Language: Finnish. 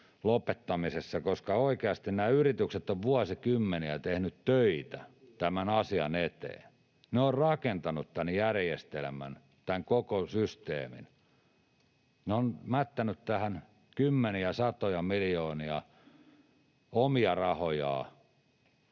lopettamisesta, koska oikeasti nämä yritykset ovat vuosikymmeniä tehneet töitä [Arto Satonen: Kyllä!] tämän asian eteen. Ne ovat rakentaneet tämän järjestelmän, tämän koko systeemin. Ne ovat mättäneet tähän kymmeniä, satoja miljoonia omia rahojaan,